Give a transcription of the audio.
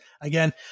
again